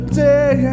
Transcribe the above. day